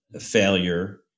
failure